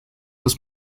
los